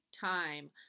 time